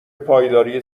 پایداری